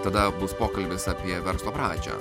tada bus pokalbis apie verslo pradžią